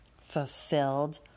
fulfilled